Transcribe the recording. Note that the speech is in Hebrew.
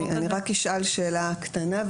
אני רק אשאל שאלה קטנה,